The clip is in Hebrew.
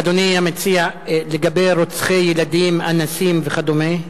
אדוני המציע, לגבי רוצחי ילדים, אנסים וכדומה?